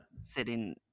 sitting